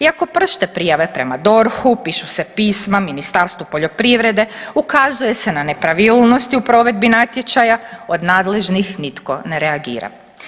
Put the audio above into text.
Iako pršte prijave prema DORH-u, pišu se pisma Ministarstvu poljoprivrede, ukazuje se na nepravilnosti u provedbi natječaja od nadležnih nitko ne reagira.